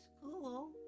school